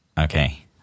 Okay